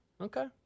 okay